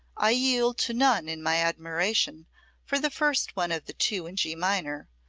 i yield to none in my admiration for the first one of the two in g minor,